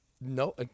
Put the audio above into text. No